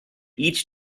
each